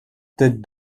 tête